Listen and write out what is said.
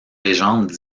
légendes